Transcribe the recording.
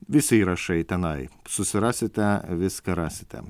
visi įrašai tenai susirasite viską rasite